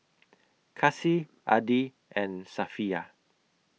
Kasih Adi and Safiya